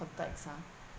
context ah